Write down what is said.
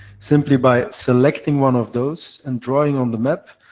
simply by selecting one of those and drawing on the map,